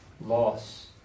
loss